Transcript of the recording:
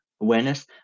awareness